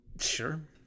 Sure